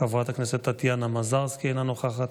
חברת הכנסת טטיאנה מזרסקי, אינה נוכחת,